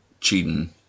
cheating